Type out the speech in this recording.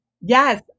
Yes